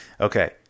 Okay